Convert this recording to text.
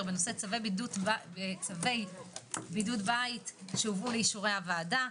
בנושא "צווי בידוד בית" שהובאו לאישורי הוועדה.